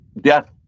death